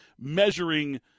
measuring